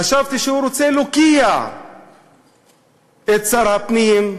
חשבתי שהוא רוצה להוקיע את שר הפנים,